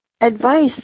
advice